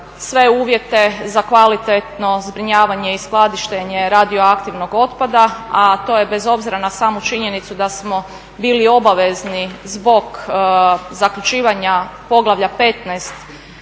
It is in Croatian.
sve uvjete za kvalitetno zbrinjavanje i skladištenje radioaktivnog otpada, a to je bez obzira na samu činjenicu da smo bili obavezni zbog zaključivanja poglavlja 15